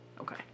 Okay